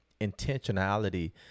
intentionality